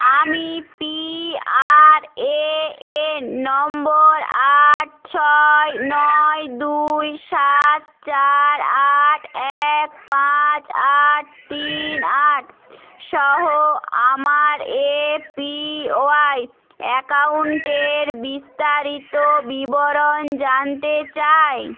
আমি PRAN number আট ছয় নয় দুই সাত চার আট এক পাঁচ আট তিন আট সহ আমার এপিওয়াই অ্যাকাউন্টের বিস্তারিত বিবরণ জানতে চাই